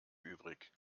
übrig